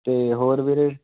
ਅਤੇ ਹੋਰ ਵੀਰੇ